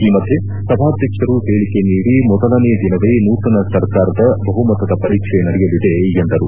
ಈ ಮಧ್ಯೆ ಸಭಾಧ್ಯಕ್ಷರು ಹೇಳಿಕೆ ನೀಡಿ ಮೊದಲನೇ ದಿನವೇ ನೂತನ ಸರ್ಕಾರದ ಬಹುಮತದ ಪರೀಕ್ಷೆ ನಡೆಯಲಿದೆ ಎಂದರು